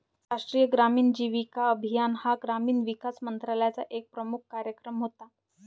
राष्ट्रीय ग्रामीण उपजीविका अभियान हा ग्रामीण विकास मंत्रालयाचा एक प्रमुख कार्यक्रम होता